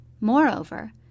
Moreover